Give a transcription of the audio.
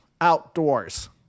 outdoors